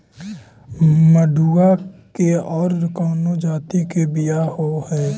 मडूया के और कौनो जाति के बियाह होव हैं?